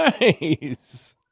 Nice